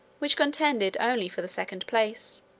which contended only for the second place.